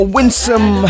Winsome